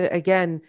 again